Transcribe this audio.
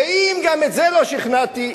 ואם גם בזה לא שכנעתי,